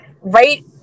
right